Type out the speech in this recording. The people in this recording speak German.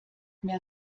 mehr